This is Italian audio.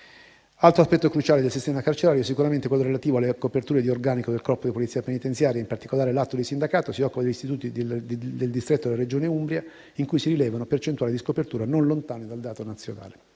Altro aspetto cruciale del sistema carcerario è sicuramente quello relativo alle coperture di organico del Corpo di polizia penitenziaria. In particolare, l'atto di sindacato si occupa degli istituti del distretto della Regione Umbria, in cui si rilevano percentuali di scopertura non lontane dal dato nazionale.